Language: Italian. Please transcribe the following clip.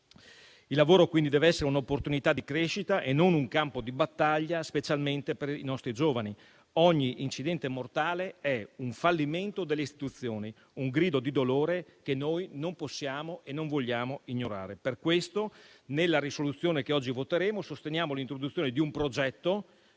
Il lavoro quindi deve essere un'opportunità di crescita e non un campo di battaglia, specialmente per i nostri giovani; ogni incidente mortale è un fallimento delle istituzioni, un grido di dolore che noi non possiamo e non vogliamo ignorare. Per questo nella risoluzione che oggi voteremo sosteniamo l'introduzione - e questo